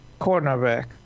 cornerback